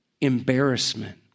embarrassment